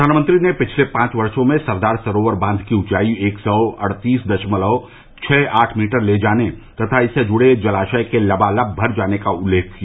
प्रधानमंत्री ने पिछले पांच वर्षों में सरदार सरोवर बांध की ऊंचाई एक सौ अड़तीस दशमलव छह आठ मीटर ले जाने तथा इससे जुड़े जलाशय के लबालब भर जाने का उल्लेख किया